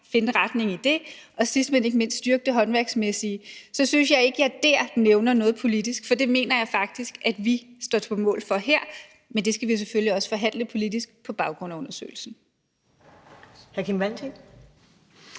finde retningen i dem, og sidst, men ikke mindst, styrke det håndværksmæssige, så synes jeg ikke, at jeg der nævner noget politisk, for det mener jeg faktisk at vi står på mål for her – men det skal vi selvfølgelig også forhandle politisk på baggrund af undersøgelsen.